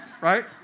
Right